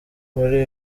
muri